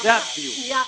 לשבע שנים.